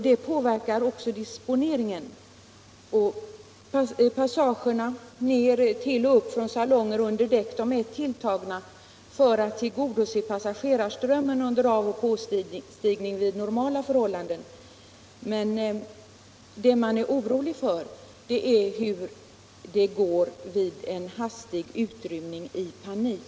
Detta påverkar också disponeringen. Passagerna ned till och upp från salonger under däck är tilltagna för att tillgodose passagerarströmmen under avoch påstigning vid normala förhållanden. Det man är orolig för är hur det går vid en hastig utrymning i panik.